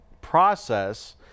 process